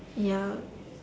ya